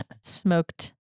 smoked